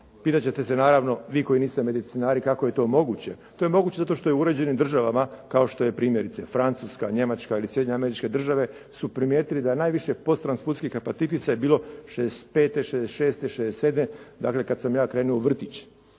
Pitati ćete se naravno, vi koji niste medicinari kako je to moguće? To je moguće zato što je u uređenim državama kao što je primjerice Francuska, Njemačka ili Sjedinjene Američke Države su primijetili da najviše posttranfuzijskih hepatitisa je bilo '65., '66., '67., dakle kad sam ja krenuo u vrtić.